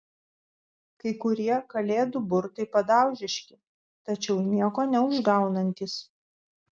kai kurie kalėdų burtai padaužiški tačiau nieko neužgaunantys